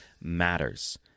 matters